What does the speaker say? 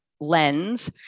lens